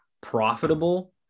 profitable